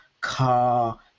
car